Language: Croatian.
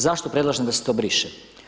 Zašto predlažem da se to briše?